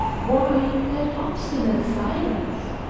why that obstinate silence?